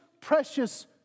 precious